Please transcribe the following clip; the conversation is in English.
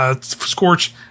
Scorch